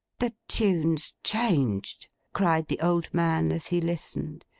the tune's changed cried the old man, as he listened.